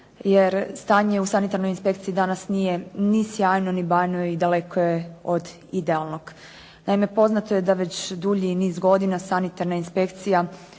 jer stanje u sanitarnoj inspekciji danas nije ni sjajno ni bajno i daleko je od idealnog. Naime, poznato je da već dulji niz godina sanitarna inspekcija